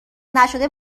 نشده